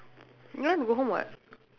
you want to go home [what]